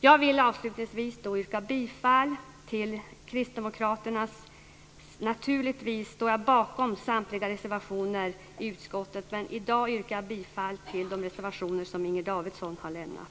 Jag vill avslutningsvis göra några bifallsyrkanden. Naturligtvis står jag bakom samtliga reservationer i utskottet men i dag yrkar jag bifall till de reservationer som Inger Davidson har avgivit.